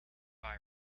viral